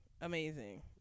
amazing